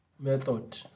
method